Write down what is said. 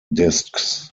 disks